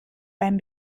beim